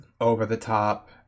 over-the-top